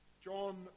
John